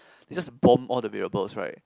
they just bomb all the variables right